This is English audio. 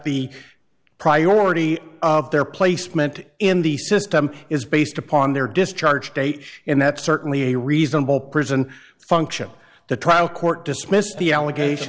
the priority of their placement in the system is based upon their discharge date and that's certainly a reasonable prison function the trial court dismissed the allegation